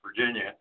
Virginia